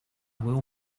will